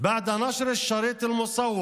צריכים להסתכל